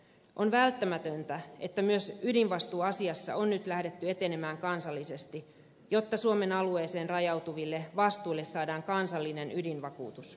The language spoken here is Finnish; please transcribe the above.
on välttämätöntä että myös ydinvastuuasiassa on nyt lähdetty etenemään kansallisesti jotta suomen alueeseen rajautuville vastuille saadaan kansallinen ydinvakuutus